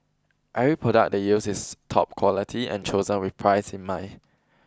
every product they use is top quality and chosen with price in mind